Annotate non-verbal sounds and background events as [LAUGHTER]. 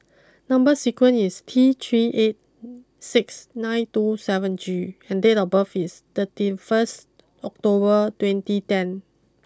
number sequence is T three eight [NOISE] six nine two seven G and date of birth is thirty first October twenty ten